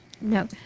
no